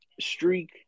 streak